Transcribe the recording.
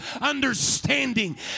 understanding